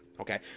okay